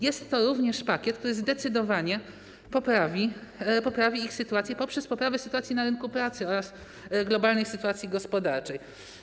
Jest to również pakiet, który zdecydowanie poprawi ich sytuację poprzez poprawę sytuacji na rynku pracy oraz globalnej sytuacji gospodarczej.